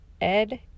Ed